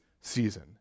season